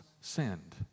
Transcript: sinned